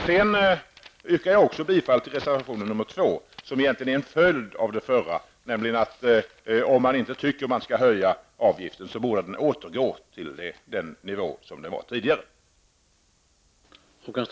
Vidare yrkar jag bifall till reservation 2, som egentligen är en följd av den förra, innebärande att avgiften, om man inte tycker att den skall höjas, borde ligga på den nivå som den tidigare låg på.